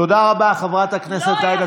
תודה רבה, חברת הכנסת עאידה סלימאן.